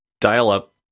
dial-up